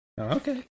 Okay